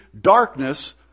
Darkness